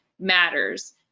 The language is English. matters